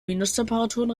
minustemperaturen